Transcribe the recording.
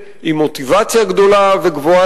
כביכול,